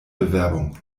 bewerbung